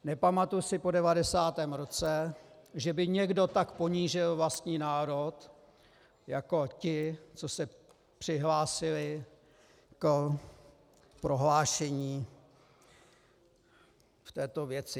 Nepamatuji si po 90. roce, že by někdo tak ponížil vlastní národ jako ti, co se přihlásili k prohlášení v této věci.